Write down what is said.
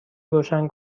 روشن